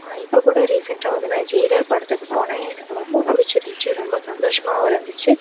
இப்போ கூட ரீசெண்டாக வந்து நான் ஜெயிலர் படத்துக்கு போனேன் எனக்கு ரொம்ப பிடிச்சிருந்ச்சி ரொம்ப சந்தோஷமாகவும் இருந்துச்சு